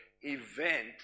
event